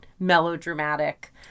melodramatic